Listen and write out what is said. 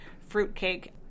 fruitcake